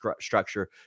structure